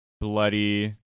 bloody